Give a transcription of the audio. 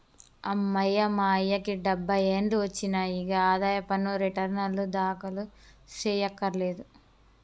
అమ్మయ్య మా అయ్యకి డబ్బై ఏండ్లు ఒచ్చినాయి, ఇగ ఆదాయ పన్ను రెటర్నులు దాఖలు సెయ్యకర్లేదు